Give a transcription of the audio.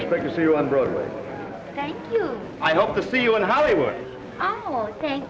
expect to see you on broadway i hope to see you in hollywood o